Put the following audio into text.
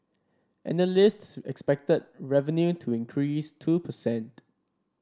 analysts expected revenue to increase two per cent